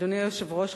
אדוני היושב-ראש,